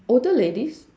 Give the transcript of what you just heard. older ladies